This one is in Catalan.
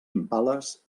impales